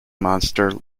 monster